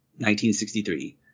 1963